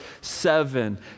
seven